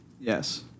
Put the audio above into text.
Yes